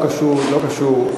לא קשור,